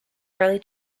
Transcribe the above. early